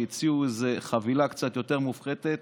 שהציעו חבילה קצת יותר מופחתת,